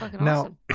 Now